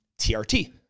TRT